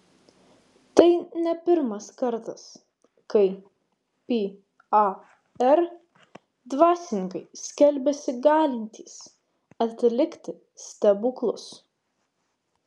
tai ne pirmas kartas kai par dvasininkai skelbiasi galintys atlikti stebuklus